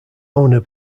owner